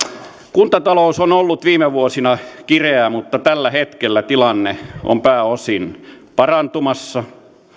kuntatalous on ollut viime vuosina kireää mutta tällä hetkellä tilanne on pääosin parantumassa